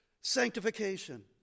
sanctification